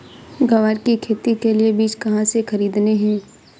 ग्वार की खेती के लिए बीज कहाँ से खरीदने हैं?